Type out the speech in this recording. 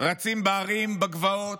רצים בהרים, בגבעות,